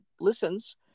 listens